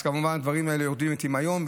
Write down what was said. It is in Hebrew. כמובן הדברים האלה יורדים לטמיון,